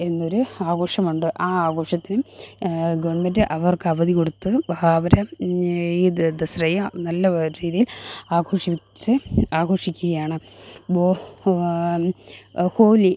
എന്നൊരു ആഘോഷമുണ്ട് ആ ആഘോഷത്തിനും ഗവണ്മെന്റ് അവര്ക്കവധി കൊടുുത്ത് അവര് ഈ ദ ദസറയും നല്ല ഒരു രീതിയില് ആഘോഷിച്ച് ആഘോഷിക്കുകയാണ് ബോ ഹോലി